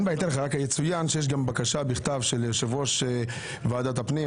יצוין שיש גם בקשה בכתב של יושב-ראש ועדת הפנים,